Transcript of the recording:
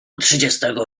trzydziestego